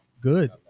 good